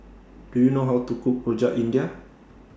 Do YOU know How to Cook Rojak India